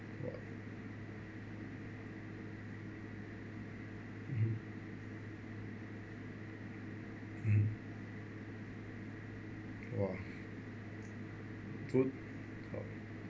mmhmm mmhmm !wah! good